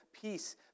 Peace